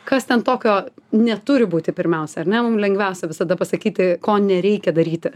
kas ten tokio neturi būti pirmiausia ar ne mum lengviausia visada pasakyti ko nereikia daryti